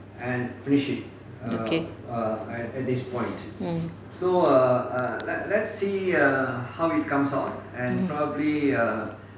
okay mm